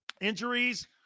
Injuries